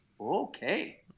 Okay